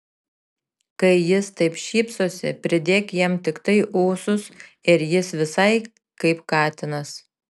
kai jis taip šypsosi pridėk jam tiktai ūsus ir jis visai kaip katinas